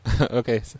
Okay